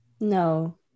No